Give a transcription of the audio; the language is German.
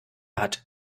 hat